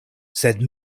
sed